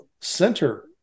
center